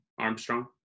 Armstrong